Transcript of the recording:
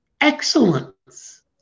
excellence